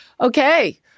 Okay